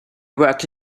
worked